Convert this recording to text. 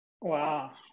Wow